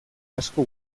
asko